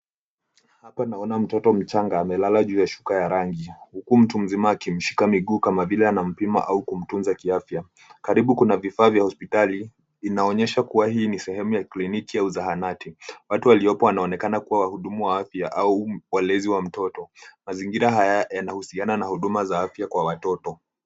Hapa naona mtoto mchanga amelala juu ya shuka rangi huku mtu mzima akimshika miguu kama vile anampima au kumtunza kiafya. Karibu kuna vifaa vya hospitali inaonyesha kuwa hii ni sehemu ya kliniki au zahanati. Watu waliopo wanaonekana kuwa wahudumu wa afya au walezi wa mtoto. Mazingira haya yanahusiana na huduma za afya kwa watoto.